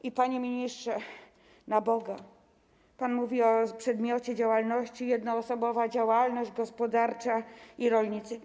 I, panie ministrze, na Boga, pan mówi o przedmiocie działalności jednoosobowa działalność gospodarcza i rolnicy.